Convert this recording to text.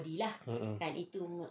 mm